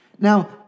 Now